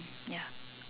ya